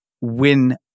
win